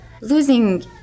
losing